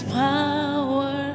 power